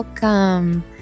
Welcome